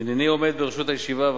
הנני עומד בראשות הישיבה,